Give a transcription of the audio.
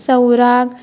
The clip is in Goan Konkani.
सवराक